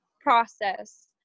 process